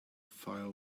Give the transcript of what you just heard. fire